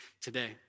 today